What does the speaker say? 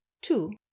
two